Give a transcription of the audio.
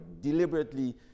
deliberately